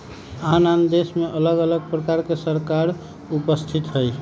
आन आन देशमें अलग अलग प्रकार के सरकार उपस्थित हइ